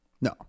no